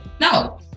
no